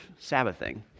Sabbathing